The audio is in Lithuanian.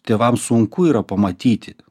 tėvams sunku yra pamatyti